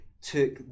took